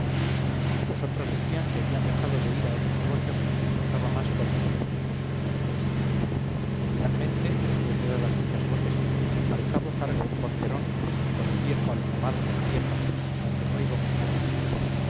los otros decían que habían dejado de ir a otro negocio que les importaba más por venir a aquél finalmente después de dadas muchas voces al cabo carga un porquerón con el viejo alfamar de la vieja aunque no iba muy cargado